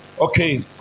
Okay